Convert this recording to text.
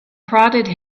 prodded